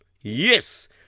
Yes